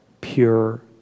pure